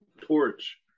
torch